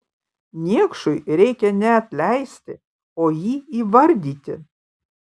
niekšui reikia ne atleisti o jį įvardyti